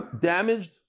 damaged